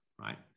right